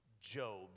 Job